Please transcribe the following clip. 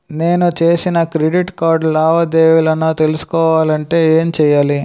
నేను చేసిన credit card లావాదేవీలను తెలుసుకోవాలంటే ఏం చేయాలి?